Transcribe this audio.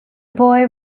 boy